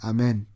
Amen